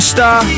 Star